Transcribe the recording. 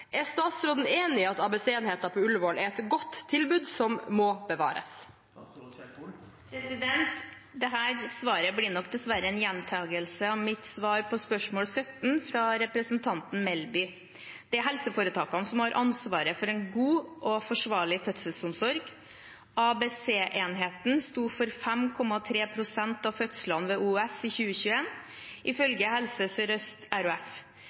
Er statsråden enig i at ABC-enheten på Ullevål er et godt tilbud som må bevares?» Dette svaret blir nok dessverre en gjentakelse av mitt svar på spørsmål 17 fra representanten Melby. Det er helseforetakene som har ansvaret for en god og forsvarlig fødselsomsorg. ABC-enheten sto for 5,3 pst. av fødslene ved Oslo universitetssykehus, OUS i